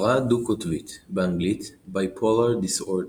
הפרעה דו־קוטבית באנגלית Bipolar disorder,